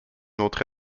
autre